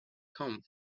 come